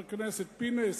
חברי הכנסת אופיר פינס,